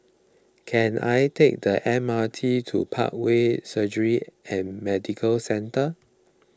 can I take the M R T to Parkway Surgery and Medical Centre